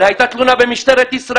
תודה, יקירי.